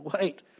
wait